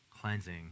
cleansing